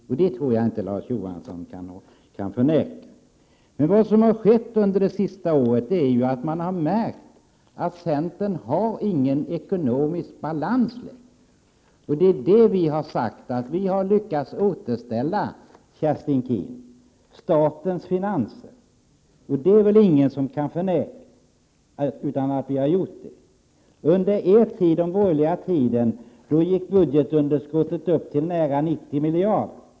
Det tror jag inte att Larz Johansson kan förneka. Men vi har ju märkt under det senaste året att centern inte har någon ekonomisk balans längre. Vi har sagt att vi har lyckats återställa statens finanser, Kerstin Keen. Ingen kan väl förneka att vi har gjort det. Under de borgerliga regeringarnas tid gick budgetunderskottet upp till nära 90 miljarder.